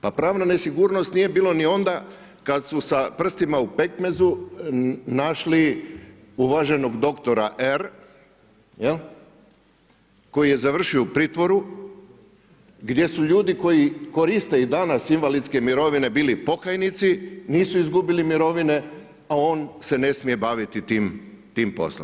Pa pravna nesigurnost nije bilo ni onda kada su sa prstima u pekmezu našli uvaženog doktora R koji je završio u pritvoru, gdje su ljudi koji koriste i danas invalidske mirovine bili pokajnici, nisu izgubili mirovine, a on se ne smije baviti tim poslom.